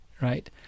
right